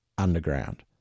Underground